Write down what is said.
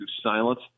silence